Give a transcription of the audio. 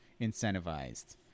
incentivized